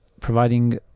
providing